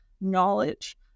knowledge